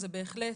זה בהחלט